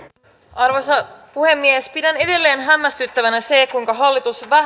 arvoisa puhemies pidän edelleen hämmästyttävänä sitä kuinka hallitus